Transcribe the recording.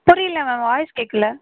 புரியிலை ma'am voice கேட்கல